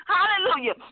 Hallelujah